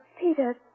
Peter